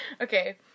Okay